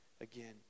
again